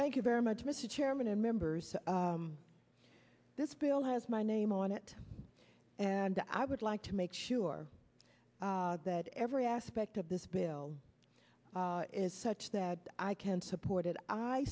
thank you very much mr chairman and members this bill has my name on it and i would like to make sure that every aspect of this bill is such that i can support it i